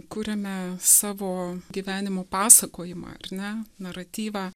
kuriame savo gyvenimo pasakojimą ar ne naratyvą